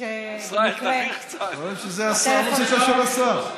זה מוזיקה של השר.